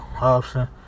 option